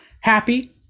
Happy